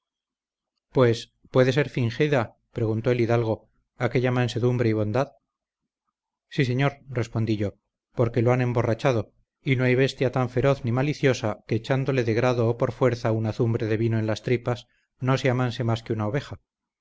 pues puede ser fingida preguntó el hidalgo aquella mansedumbre y bondad sí señor respondí yo porque lo han emborrachado y no hay bestia tan feroz ni maliciosa que echándole de grado o por fuerza una azumbre de vino en las tripas no se amanse más que una oveja